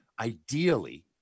ideally